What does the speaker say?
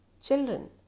Children